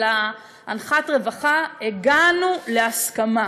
של אנחת רווחה: הגענו להסכמה,